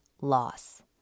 loss